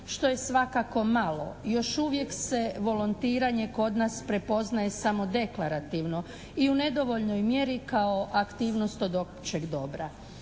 što je svakako malo. Još uvijek se volontiranje kod nas prepoznaje samo deklarativno i u nedovoljnoj mjeri kao aktivnost od općeg dobra.